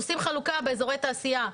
עושים חלוקה באיזורי תעשייה.